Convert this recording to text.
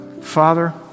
father